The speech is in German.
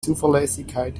zuverlässigkeit